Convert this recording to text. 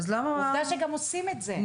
עובדה שגם עושים את זה,